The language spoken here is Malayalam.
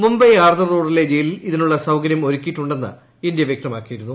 മുംബൈ ആർതർ റോഡിലെ ജയിലിൽ ഇതിനുള്ള സൌകര്യം ഒരുക്കിയിട്ടുണ്ടെന്ന് ഇന്ത്യ വ്യക്തമാക്കിയിരുന്നു